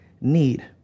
need